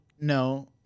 No